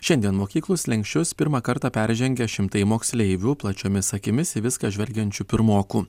šiandien mokyklų slenksčius pirmą kartą peržengė šimtai moksleivių plačiomis akimis į viską žvelgiančių pirmokų